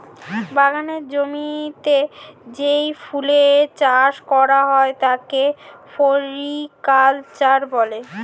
বাগানের জমিতে যে ফুলের চাষ করা হয় তাকে ফ্লোরিকালচার বলে